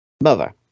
mother